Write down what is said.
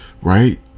right